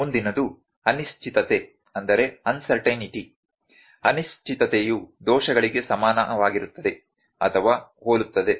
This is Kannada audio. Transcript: ಮುಂದಿನದು ಅನಿಶ್ಚಿತತೆ ಅನಿಶ್ಚಿತತೆಯು ದೋಷಗಳಿಗೆ ಸಮನಾಗಿರುತ್ತದೆ ಅಥವಾ ಹೋಲುತ್ತದೆ